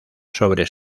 sobre